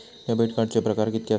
Debit कार्डचे प्रकार कीतके आसत?